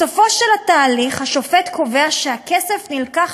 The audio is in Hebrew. בסופו של התהליך השופט קובע שהכסף נלקח